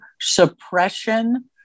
suppression